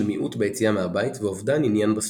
מיעוט ביציאה מהבית ואובדן עניין בסביבה.